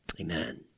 amen